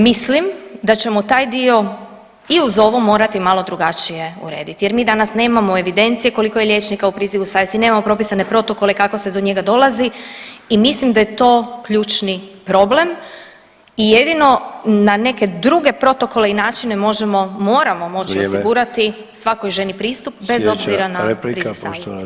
Mislim da ćemo taj dio i uz ovo morati malo drugačije urediti jer mi danas nemamo evidencije koliko je liječnika u prizivu savjesti, nemamo propisane protokole kako se do njega dolazi i mislim da je to ključni problem i jedino na neke druge protokole možemo, moramo moći [[Upadica Sanader: Vrijeme.]] osigurati svakoj ženi pristup bez obzira na priziv savjesti.